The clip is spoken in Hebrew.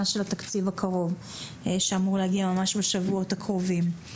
של התקציב הקרוב שאמור להגיע ממש בשבועות הקרובים.